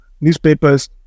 newspapers